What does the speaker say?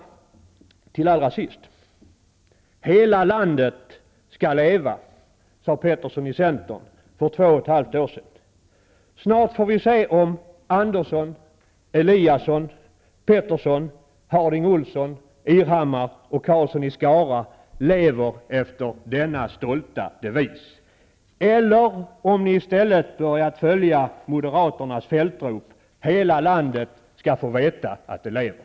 Allra sist: ''Hela landet skall leva'', sade Petersson i centern för två och ett halvt år sedan. Snart får vi se om Andersson, Eliasson, Karlsson i Skara lever efter denna stolta devis, eller om de i stället har börjat följa moderaternas fältrop: ''Hela landet skall få veta att det lever!''